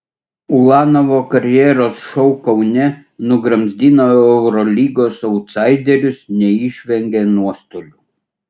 ulanovo karjeros šou kaune nugramzdino eurolygos autsaiderius neišvengė nuostolių